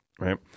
Right